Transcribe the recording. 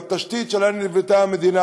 בתשתית שעליה נבנתה המדינה,